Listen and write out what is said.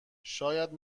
شاید